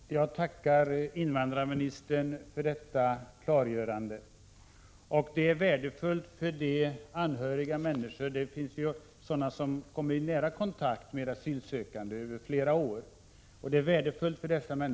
Herr talman! Jag tackar invandrarministern för detta klargörande. Det är värdefullt för de anhöriga — vissa människor kommer i nära kontakt med de asylsökande under flera år — att få höra dessa ord.